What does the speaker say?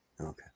Okay